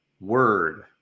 word